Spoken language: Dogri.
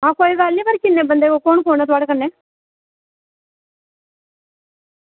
हां पर कोई गल्ल निं किन्ने बंदे न कु'न कु'न ऐ थुआढ़े कन्नै